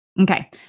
Okay